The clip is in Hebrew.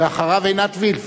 ואחריו, עינת וילף,